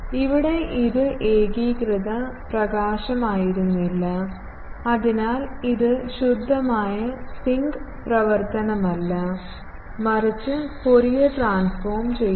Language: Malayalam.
ഇവിടെ ഇത് ഏകീകൃത പ്രകാശമായിരുന്നില്ല അതിനാൽ ഇത് ശുദ്ധമായ സിങ്ക് പ്രവർത്തനമല്ല മറിച്ച് ഫോറിയർ ട്രാൻസ്ഫോർം ചെയ്യുന്നു